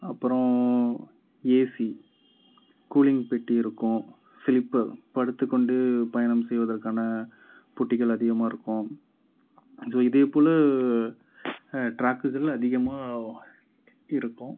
அப்பறம் AC cooling பெட்டி இருக்கும் ஸ்லீப்பர் படுத்துக்கொண்டே பயணம் செய்வதற்கான பெட்டிகள் அதிகமாக இருக்கும் ஸோ இதேப்போல ட்ராக்குகள் அதிகமாக இருக்கும்